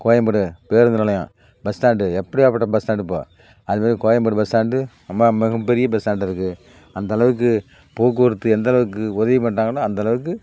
கோயம்பேடு பேருந்து நிலையம் bus stand எப்படியாப்பட்ட பஸ் ஸ்டாண்டு இப்போது அது மாதிரி கோயம்பேடு பஸ் ஸ்டாண்டு ரொம்ப மிக பெரிய பஸ் ஸ்டாண்டாக இருக்குது அந்தளவுக்கு போக்குவரத்து எந்தளவுக்கு உதவி பண்ணுறாங்கன்னா அந்தளவுக்கு